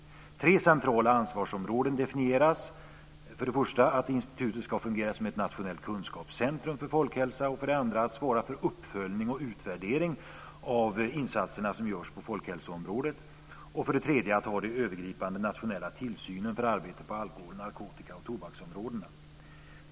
Tre centrala ansvarsområden definieras för Folkhälsoinstitutet: för det första att fungera som ett nationellt kunskapscentrum för folkhälsa, för det andra att svara för uppföljning och utvärdering av de insatser som görs på folkhälsoområdet och för det tredje att ha den övergripande nationella tillsynen över arbetet på alkohol-, narkotika och tobaksområdena.